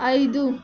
ఐదు